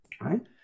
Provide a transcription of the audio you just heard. Right